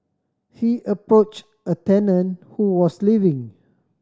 he approached a tenant who was leaving